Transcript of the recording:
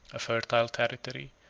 a fertile territory,